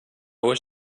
was